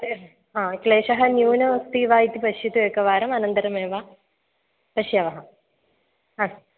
क्लेशः न्यूनमस्ति वा इति पश्यतु एकवारम् अनन्तरमेव पश्यामः अस्तु